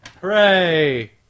Hooray